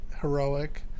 heroic